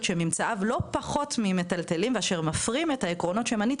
שממצאיו לא פחות ממטלטלים אשר מפרים את העקרונות שמניתי